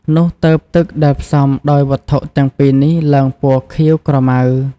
នោះទើបទឹកដែលផ្សំដោយវត្ថុទាំងពីរនេះឡើងពណ៌ខៀវក្រមៅ។